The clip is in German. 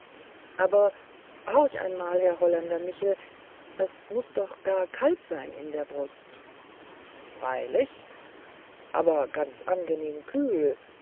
aber horch einmal herr holländer michel das muß doch gar kalt sein in der brust freilich aber ganz angenehm kühl